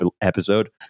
episode